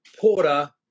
Porter